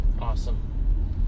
Awesome